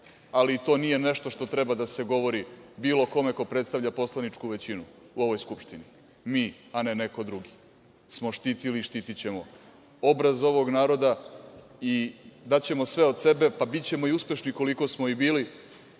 ali to nije nešto što treba da se govori, bilo kome ko predstavlja poslaničku većinu u ovoj Skupštini. Mi, a ne neko drugi smo štitili i štitićemo obraz ovog naroda i daćemo sve od sebe, pa bićemo uspešni koliko smo i bili